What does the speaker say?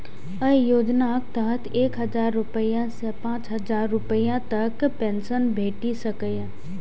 अय योजनाक तहत एक हजार रुपैया सं पांच हजार रुपैया तक पेंशन भेटि सकैए